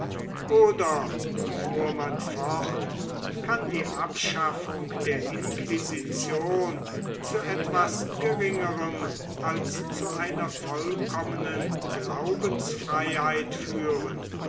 oder fuhr man fort kann die abschaffung der inquisition zu etwas geringerem als zu einer vollkommenen glaubensfreiheit führen